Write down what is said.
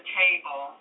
table